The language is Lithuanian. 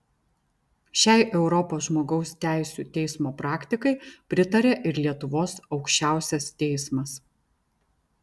šiai europos žmogaus teisių teismo praktikai pritaria ir lietuvos aukščiausias teismas